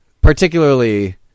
particularly